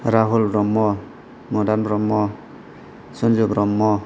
Rahul Brahma Madan Brahma Sunju Brahma